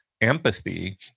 empathy